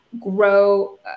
grow